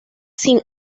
sin